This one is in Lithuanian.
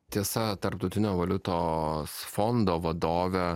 tiesa tarptautinio valiutos fondo vadovė